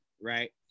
Right